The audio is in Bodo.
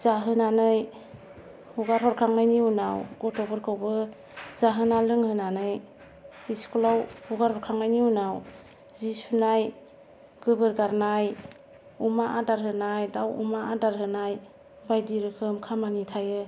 जाहोनानै हगारहरखांनायनि उनाव गथ'फोरखौबो जाहोना लोंहोनानै स्कुलाव हगार हरखांनायनि उनाव जि सुनाय गोबोर गारनाय अमा आदार होनाय दाउ अमा आदार होनाय बायदि रोखोम खामानि थायो